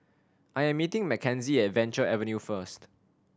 I am meeting Mckenzie at Venture Avenue first